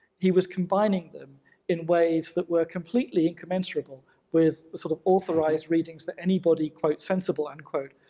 he was combining them in ways that were completely incommenserable with sort of authorized readings that anybody quote, sensible, end quote,